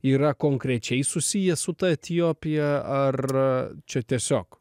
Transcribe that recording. yra konkrečiai susiję su ta etiopija ar čia tiesiog